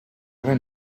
ara